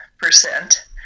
percent